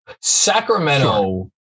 Sacramento